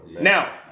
Now